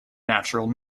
natural